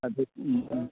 ꯑꯗꯨ ꯎꯝ ꯎꯝ